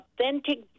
authentic